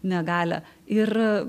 negalią ir